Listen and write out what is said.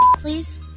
please